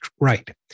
right